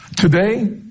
Today